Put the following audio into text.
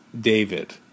David